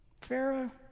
Pharaoh